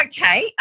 Okay